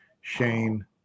Shane